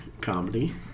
comedy